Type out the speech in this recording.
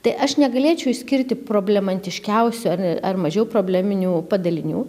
tai aš negalėčiau išskirti problematiškiausių ar ar mažiau probleminių padalinių